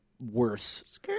worse